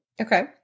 Okay